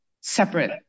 separate